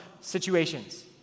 situations